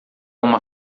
uma